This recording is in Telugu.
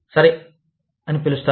సరే అని పిలుస్తారు